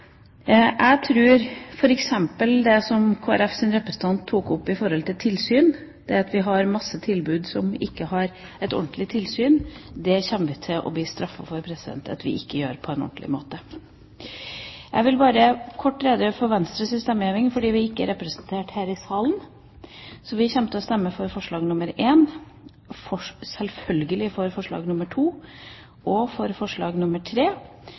Det Kristelig Folkepartis representant tok opp knyttet til tilsyn, det at vi har mange tilbud som ikke har et ordentlig tilsyn, tror jeg vi kommer til å bli straffet for at vi ikke gjør på en ordentlig måte. Jeg vil bare kort redegjøre for Venstres stemmegivning, fordi vi ikke er representert i komiteen. Vi kommer til å stemme for forslag nr. 1, selvfølgelig for forslag nr. 2 og for forslag